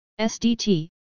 SDT